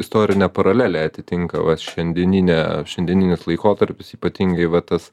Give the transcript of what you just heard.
istorinę paralelę atitinka va šiandieninė šiandieninis laikotarpis ypatingai va tas